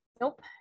Nope